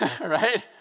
right